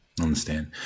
understand